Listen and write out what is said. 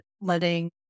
letting